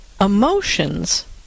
Emotions